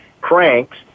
cranks